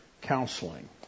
counseling